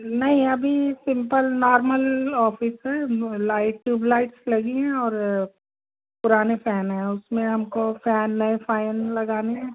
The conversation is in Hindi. नहीं अभी सिंपल नॉर्मल ऑफ़िस है जो लाइट ट्यूबलाइट लगी हैं और पुराने फ़ैन हैं उसमें हमको फ़ैन नए फ़ैन लगाने हैं